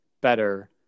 better